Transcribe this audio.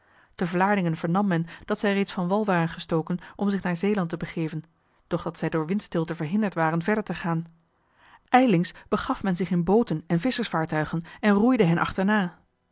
te vlaardingen vernam men dat zij reeds van wal waren gestoken om zich naar zeeland te begeven doch dat zij door windstilte verhinderd waren verder te gaan ijlings begaf men zich in booten en visschersvaartuigen en roeide hen achterna